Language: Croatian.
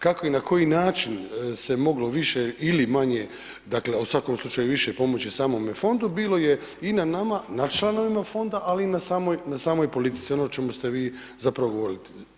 Kako i na koji način se moglo više ili manje, dakle u svakom slučaju više pomoći samome fondu bilo je i na nama, na članovima fonda, ali i na samoj politici, ono o čemu ste vi zapravo govorili.